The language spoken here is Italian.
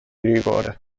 rigore